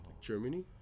Germany